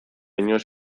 inoiz